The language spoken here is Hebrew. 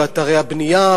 באתרי הבנייה,